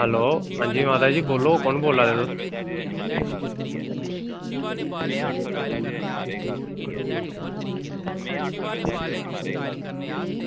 hello अंजी म्हाराज बोल्लो कुन बोल्ला दे तुस